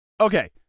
okay